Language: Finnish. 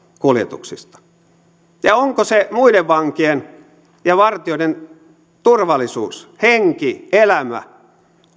kuljetuksista onko se muiden vankien ja vartijoiden turvallisuus henki elämä